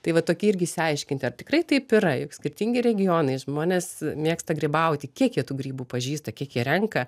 tai va tokį irgi išsiaiškinti ar tikrai taip yra juk skirtingi regionai žmonės mėgsta grybauti kiek jie tų grybų pažįsta kiek jie renka